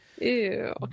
Ew